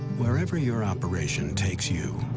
wherever your operation takes you,